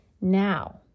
Now